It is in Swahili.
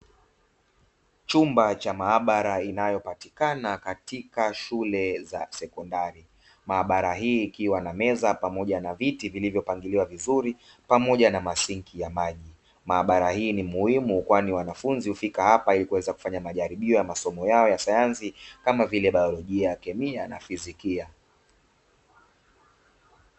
Chumba cha maabara inayopatikana katika shule za sekondari. Maabara hii ikiwa na meza pamoja na viti vilivyopangiliwa vizuri pamoja na masiki ya maji. Maabara hii ni muhimu kwani wanafunzi hufika hapa ili kuweza kufanya majaribio ya masomo yao ya sayansi kama vile biolojia, kemia na fizikia.